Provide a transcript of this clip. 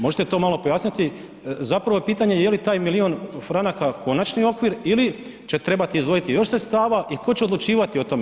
Možete to malo pojasniti, zapravo je pitanje je li taj milion franaka konačni okvir ili će trebati izdvojiti još sredstava i tko će odlučivati o tome?